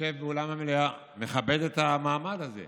יושב באולם המליאה, מכבד את המעמד הזה.